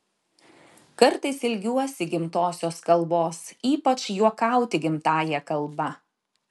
kartais ilgiuosi gimtosios kalbos ypač juokauti gimtąja kalba